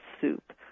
soup